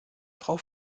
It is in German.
frau